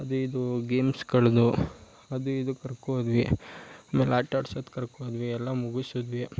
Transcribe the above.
ಅದು ಇದು ಗೇಮ್ಸ್ಗಳದ್ದು ಅದು ಇದು ಕರ್ಕೊ ಹೋದ್ವಿ ಆಮೇಲೆ ಆಟಾಡ್ಸೋದು ಕರ್ಕೊ ಹೋದ್ವಿ ಎಲ್ಲ ಮುಗಿಸಿದ್ವಿ